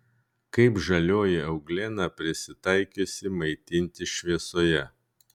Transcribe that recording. kaip žalioji euglena prisitaikiusi maitintis šviesoje